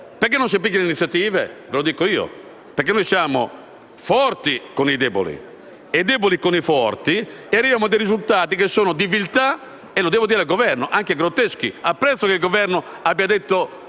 Perché non si prendono iniziative? Ve lo dico io: perché noi siamo forti con i deboli e deboli con i forti e arriviamo a dei risultati che sono di viltà - lo devo dire al Governo - anche grotteschi. Apprezzo che il Governo abbia detto